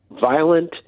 violent